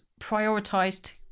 prioritised